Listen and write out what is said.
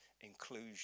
inclusion